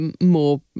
more